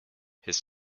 his